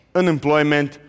unemployment